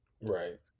Right